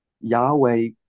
Yahweh